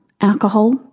alcohol